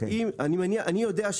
אבל אני יודע,